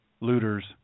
looters